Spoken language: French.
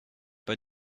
pas